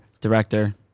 director